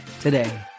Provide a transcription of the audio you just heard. today